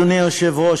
אדוני היושב-ראש,